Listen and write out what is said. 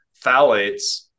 phthalates